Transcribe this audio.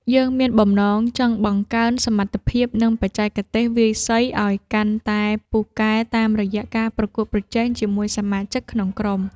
យើងមានបំណងចង់បង្កើនសមត្ថភាព និងបច្ចេកទេសវាយសីឱ្យកាន់តែពូកែតាមរយៈការប្រកួតប្រជែងជាមួយសមាជិកក្នុងក្រុម។